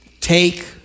Take